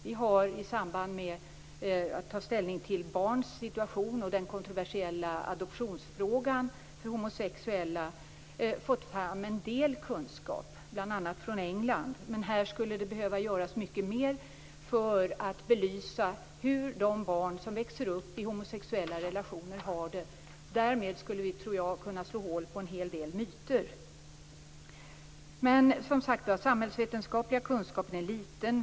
Vi har, i samband med att vi skall ta ställning till barns situation och den kontroversiella frågan om adoption för homosexuella, fått fram en del kunskap - bl.a. från England. Men här skulle det behöva göras mycket mer för att belysa hur de barn som växer upp i homosexuella relationer har det. Därmed skulle vi, tror jag, kunna slå hål på en hel del myter. Den samhällsvetenskapliga kunskapen är som sagt liten.